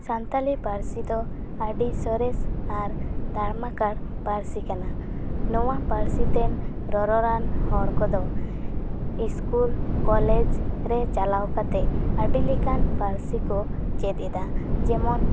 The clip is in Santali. ᱥᱟᱱᱛᱟᱞᱤ ᱯᱟᱹᱨᱥᱤ ᱫᱚ ᱟᱹᱰᱤ ᱥᱚᱨᱮᱥ ᱟᱨ ᱫᱟᱲᱢᱟᱠᱟᱲ ᱯᱟᱹᱨᱥᱤ ᱠᱟᱱᱟ ᱱᱚᱣᱟ ᱯᱟᱹᱨᱥᱤ ᱛᱮ ᱨᱚᱨᱚᱲᱟᱱ ᱦᱚᱲ ᱠᱚᱫᱚ ᱤᱥᱠᱩᱞ ᱠᱚᱞᱮᱡᱽ ᱨᱮ ᱪᱟᱞᱟᱣ ᱠᱟᱛᱮ ᱟᱹᱰᱤ ᱞᱮᱠᱟᱱ ᱯᱟᱹᱨᱥᱤ ᱠᱚ ᱪᱮᱫ ᱮᱫᱟ ᱡᱮᱢᱚᱱ